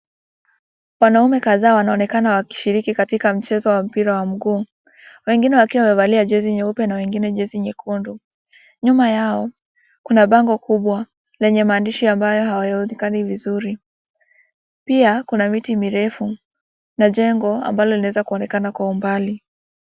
Wanaume kadhaa wanaonekana wakishiriki katika mchezo wa mpira wa mguu, wengine wakiwa wamevalia jezi nyeupe na wengine jezi nyekundu. Nyuma yao kuna bango kubwa lenye maandishi ambayo haionekani vizuri, pia kuna miti mirefu na jengo inayo weza kuonekana kwa mbali.